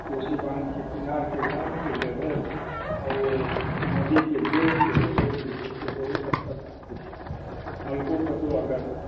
कोशी बांधके किनारके गामके लेवल आ नदीके बेडके लेवल जे छै से बहुत अंतर राखैत छै हलको कतहुँ अगर